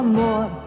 more